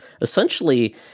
essentially